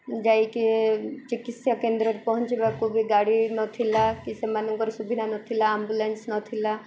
ଯାଇକି ଚିକିତ୍ସା କେନ୍ଦ୍ରରେ ପହଞ୍ଚିବାକୁ ବି ଗାଡ଼ି ନଥିଲା କି ସେମାନଙ୍କର ସୁବିଧା ନଥିଲା ଆମ୍ବୁଲାନ୍ସ ନଥିଲା